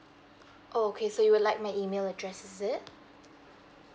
oh okay so you would like my email address is it